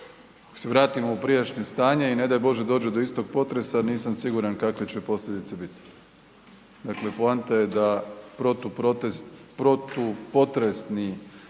ako se vratimo u prijašnje stanje i ne daj Bože do istog potresa nisam siguran kakve će posljedice bit. Dakle, poanta je u tome da protupotresni